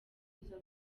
kuza